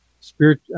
spirit